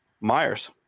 Myers